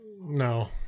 No